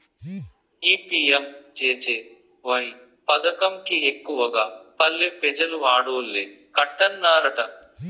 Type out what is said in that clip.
ఈ పి.యం.జె.జె.వై పదకం కి ఎక్కువగా పల్లె పెజలు ఆడోల్లే కట్టన్నారట